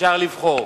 אפשר לבחור.